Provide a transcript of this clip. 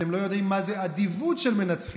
אתם לא יודעים מה זה אדיבות של מנצחים,